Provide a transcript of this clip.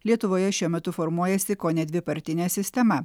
lietuvoje šiuo metu formuojasi kone dvipartinė sistema